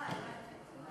אין בעיה.